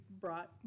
brought